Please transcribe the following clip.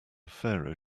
pharaoh